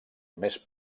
més